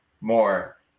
more